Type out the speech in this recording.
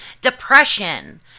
depression